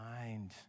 mind